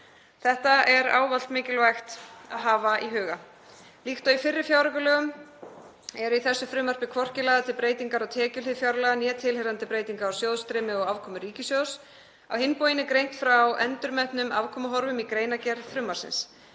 Þetta er ávallt mikilvægt að hafa í huga. Líkt og í fyrri fjáraukalögum eru í þessu frumvarpi hvorki lagðar til breytingar á tekjuhlið fjárlaga né tilheyrandi breytingar á sjóðstreymi og afkomu ríkissjóðs. Á hinn bóginn er greint frá endurmetnum afkomuhorfum í greinargerð frumvarpsins.